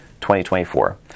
2024